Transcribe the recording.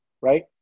right